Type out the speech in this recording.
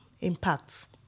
impacts